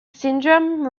syndrome